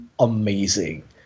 amazing